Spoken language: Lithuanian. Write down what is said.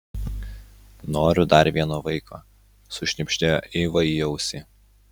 noriu dar vieno vaiko sušnibždėjo eiva į ausį